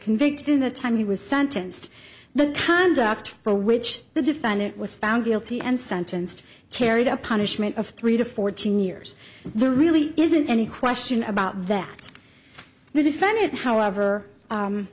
convicted in the time he was sentenced the conduct for which the defendant was found guilty and sentenced carried a punishment of three to fourteen years there really isn't any question about that